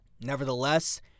Nevertheless